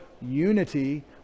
unity